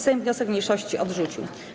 Sejm wniosek mniejszości odrzucił.